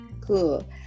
Cool